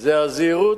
זה הזהירות.